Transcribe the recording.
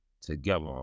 together